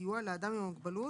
לתמוך ולחזק ולאחל בהצלחה.